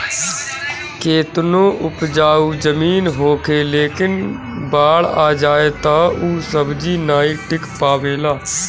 केतनो उपजाऊ जमीन होखे लेकिन बाढ़ आ जाए तअ ऊ सब्जी नाइ टिक पावेला